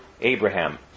Abraham